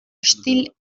stilllegung